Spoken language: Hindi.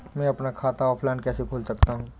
मैं अपना खाता ऑफलाइन कैसे खोल सकता हूँ?